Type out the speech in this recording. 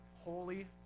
holy